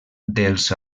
dels